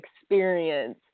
experience